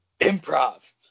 Improv